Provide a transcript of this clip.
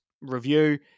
review